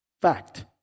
Fact